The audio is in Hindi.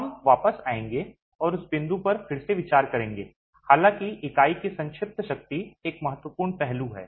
हम वापस आएंगे और उस बिंदु पर फिर से विचार करेंगे हालाँकि इकाई की संक्षिप्त शक्ति एक महत्वपूर्ण पहलू है